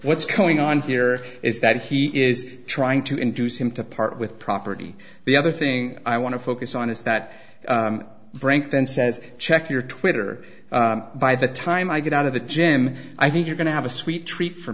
what's going on here is that he is trying to induce him to part with property the other thing i want to focus on is that brink then says check your twitter by the time i get out of the gym i think you're going to have a sweet treat for